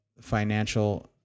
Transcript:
financial